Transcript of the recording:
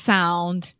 Sound